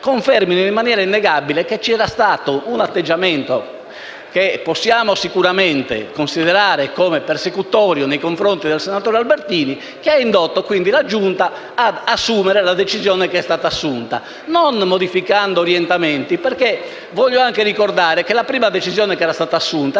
confermino in maniera innegabile - che c'era stato un atteggiamento che possiamo sicuramente considerare come persecutorio nei confronti del senatore Albertini. Ciò ha indotto quindi la Giunta ad assumere la decisione che è stata assunta, senza modificare i suoi orientamenti. Voglio anche ricordare che la prima decisione era stata assunta